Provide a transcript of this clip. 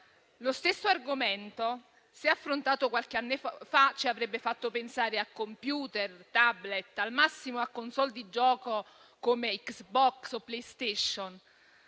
Lo stesso argomento, se affrontato qualche anno fa, ci avrebbe fatto pensare a *computer*, *tablet*, al massimo a *consolle* di gioco come Xbox o Playstation.